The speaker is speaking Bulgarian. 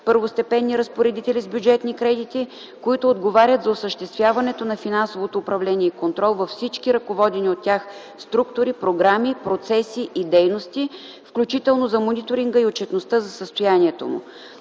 първостепенни разпоредители с бюджетни кредити, които отговарят за осъществяването на финансовото управление и контрол във всички ръководени от тях структури, програми, процеси и дейности, включително за мониторинга и отчетността за състоянието му.